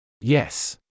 Yes